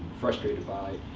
frustrated by.